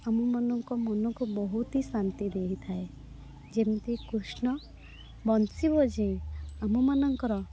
ଆମମାନଙ୍କ ମନକୁ ବହୁତି ଶାନ୍ତି ଦେଇଥାଏ ଯେମିତି କୃଷ୍ଣ ବଂଶୀ ବଜାଇ ଆମ ମାନଙ୍କର